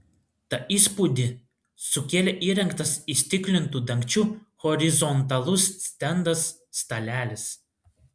tą įspūdį sukėlė įrengtas įstiklintu dangčiu horizontalus stendas stalelis